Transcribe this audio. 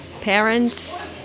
Parents